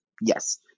yes